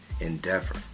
endeavor